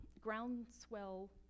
groundswell